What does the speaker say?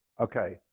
Okay